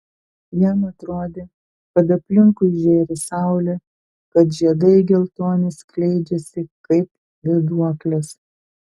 jam atrodė kad aplinkui žėri saulė kad žiedai geltoni skleidžiasi kaip vėduoklės